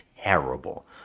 terrible